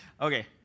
Okay